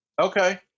okay